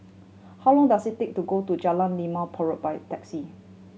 how long does it take to go to Jalan Limau Purut by taxi